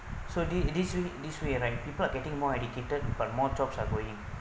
so this this way this way right people are getting more educated but more jobs are going